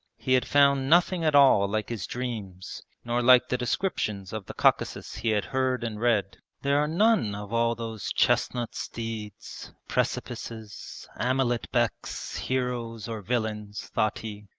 he had found nothing at all like his dreams, nor like the descriptions of the caucasus he had heard and read. there are none of all those chestnut steeds, precipices, amalet beks, heroes or villains thought he.